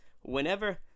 whenever